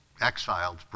exiled